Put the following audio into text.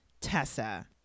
Tessa